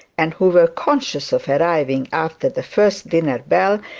and who were conscious of arriving after the first dinner bell,